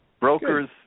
brokers